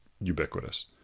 ubiquitous